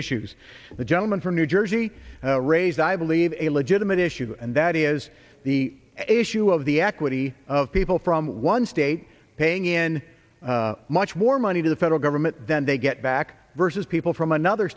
issues the gentleman from new jersey raised i believe a legitimate issue and that is the issue of the equity of people from one state paying in much more money to the federal government than they get back versus people from another